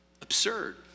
Absurd